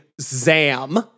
zam